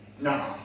No